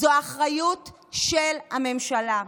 זו אחריות של הממשלה.